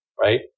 right